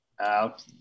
out